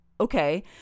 okay